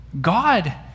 God